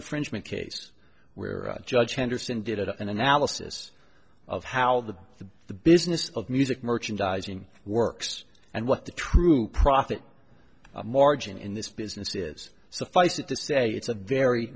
infringement case where a judge henderson did an analysis of how the the the business of music merchandising works and what the true profit margin in this business is so face it to say it's a very